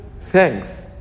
thanks